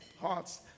hearts